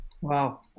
Wow